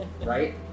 right